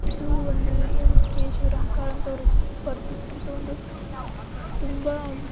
ಇದು ಒಂದು ಏನು ಕೆ ಶಿವರಾಮ್ ಕಾರಂತವರು ಬರೆದಿಟ್ಟಂಥ ಒಂದು ತುಂಬ